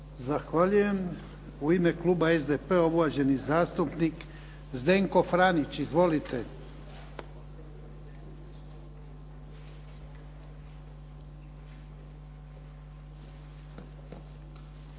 Zahvaljujem. U ime kluba SDP-a uvaženi zastupnik Zdenko Franić. Izvolite. **Franić,